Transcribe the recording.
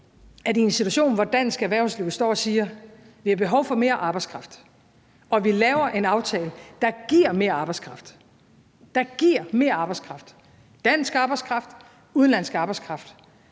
i en situation, hvor dansk erhvervsliv står og siger, at der er behov for mere arbejdskraft, og vi laver en aftale, der giver mere arbejdskraft, der giver mere arbejdskraft, dansk arbejdskraft, udenlandsk arbejdskraft,